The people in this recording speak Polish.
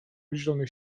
zielonych